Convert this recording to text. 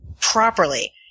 properly